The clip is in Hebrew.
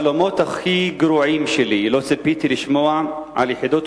בחלומות הכי גרועים שלי לא ציפיתי לשמוע על יחידות